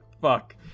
Fuck